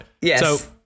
Yes